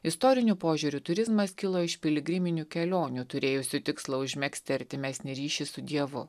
istoriniu požiūriu turizmas kilo iš piligriminių kelionių turėjusių tikslą užmegzti artimesnį ryšį su dievu